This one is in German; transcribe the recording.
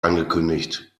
angekündigt